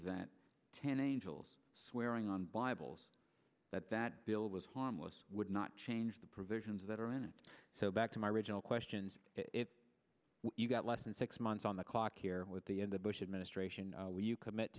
that ten angels swearing on bibles that that bill was harmless would not change the provisions that are in it so back to my original questions if you've got less than six months on the clock here with the in the bush administration will you commit